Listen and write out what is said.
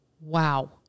Wow